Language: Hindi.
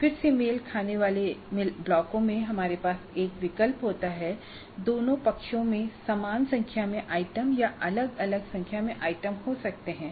फिर से मेल खाने वाले ब्लॉकों में हमारे पास एक विकल्प होता है दोनों पक्षों में समान संख्या में आइटम या अलग अलग संख्या में आइटम हो सकते हैं